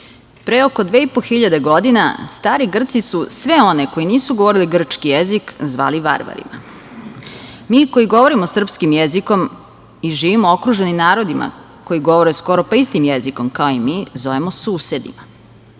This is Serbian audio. po hiljade godina stari Grci su sve one koji nisu govorili grčki jezik zvali varvarima. Mi koji govorimo srpskim jezikom i živimo okruženi narodima koji govore skoro pa istim jezikom kao i mi zovemo susedima.